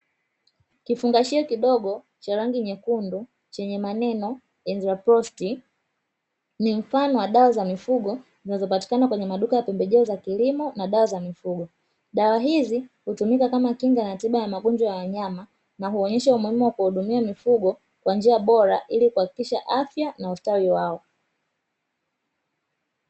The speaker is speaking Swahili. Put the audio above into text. Kifungashio kidogo cha rangi nyekundu chenye maneno |"ENZAPROST" pembejeo za kilimo kwa mifugo, dawa hizi